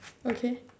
okay